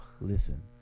Listen